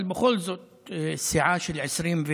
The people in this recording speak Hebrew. אבל בכל זאת סיעה של 25,